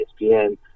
ESPN